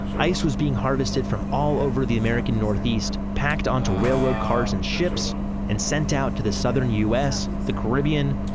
ice was being harvested from all over the american northeast, packed onto railroad cars and ships and sent out to the southern us, the caribbean,